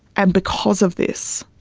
and because of this,